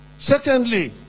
Secondly